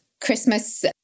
Christmas